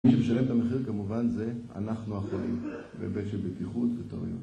מי שמשלם את המחיר כמובן זה אנחנו החולים, בבקשה בטיחות וטעויות.